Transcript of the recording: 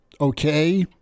okay